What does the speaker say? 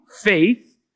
faith